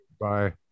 Bye